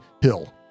hill